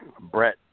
Brett